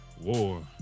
War